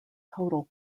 total